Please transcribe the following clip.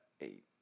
eight